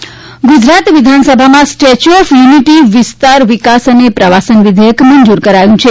stay ચ્યુ Gujarat વિધાનસભામાં statue of unity વિસ્તાર વિકાસ અને પ્રવાસન વિધેયક મંજુર કરાયું છે